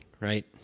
right